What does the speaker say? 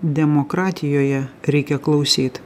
demokratijoje reikia klausyt